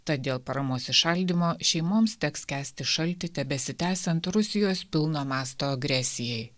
tad dėl paramos įšaldymo šeimoms teks kęsti šaltį tebesitęsiant rusijos pilno masto agresijai